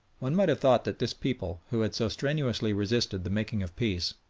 one might have thought that this people, who had so strenuously resisted the making of peace,